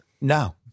No